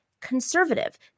conservative